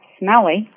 smelly